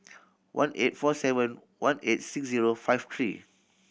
one eight four seven one eight six zero five three